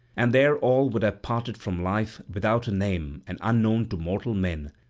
and there all would have parted from life without a name and unknown to mortal men,